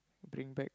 bring back